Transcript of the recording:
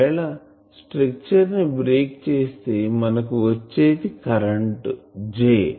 ఒకవేళ స్ట్రక్చర్ ని బ్రేక్ చేస్తే మనకు వచ్చేది కరెంటు J